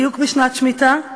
בדיוק בשנת שמיטה,